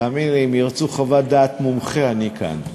תאמיני לי, אם ירצו חוות דעת מומחה, אני כאן.